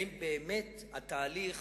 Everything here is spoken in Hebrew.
האם באמת התהליך